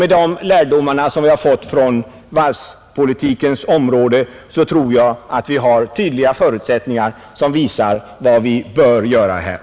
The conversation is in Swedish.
De lärdomarna, som vi har fått från varvspolitikens område, visar att vi behöver en medveten, långsiktig näringspolitik.